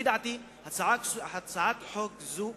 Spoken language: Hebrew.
לפי דעתי, הצעת חוק זאת